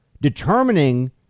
determining